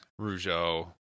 Rougeau